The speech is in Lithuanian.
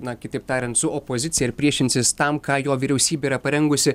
na kitaip tariant su opozicija ir priešinsis tam ką jo vyriausybė yra parengusi